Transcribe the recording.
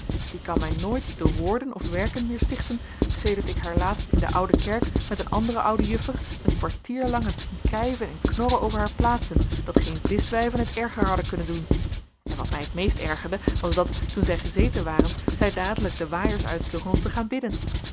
die kan mij nooit door woorden of werken meer stichten sedert ik haar laatst in de oude kerk met een andere oude juffer een kwartier lang heb zien kijven en knorren over haar plaatsen dat geen vischwijven het erger hadden kunnen doen en wat mij het meest ergerde was dat toen zij gezeten waren zij dadelijk de waaiers uitsloegen om te gaan bidden